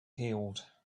healed